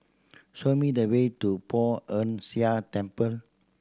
show me the way to Poh Ern Shih Temple